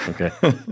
Okay